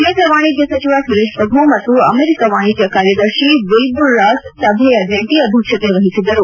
ಕೇಂದ್ರ ವಾಣಿಜ್ಯ ಸಚಿವ ಸುರೇಶ್ ಪ್ರಭು ಮತ್ತು ಅಮೆರಿಕ ವಾಣಿಜ್ಞ ಕಾರ್ಯದರ್ಶಿ ವಿಲ್ಬುರ್ ರಾಸ್ ಸಭೆಯ ಜಂಟಿ ಅಧ್ಯಕ್ಷತೆ ವಹಿಸಿದ್ದರು